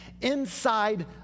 inside